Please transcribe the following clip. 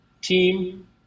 team